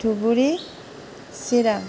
Dhubri Chirang